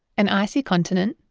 an icy continent,